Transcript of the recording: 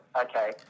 Okay